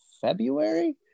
February